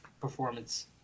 performance